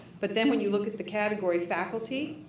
but then when you look at the category faculty,